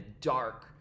dark